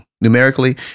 Numerically